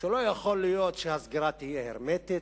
שלא יכול להיות שהסגירה תהיה הרמטית,